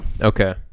Okay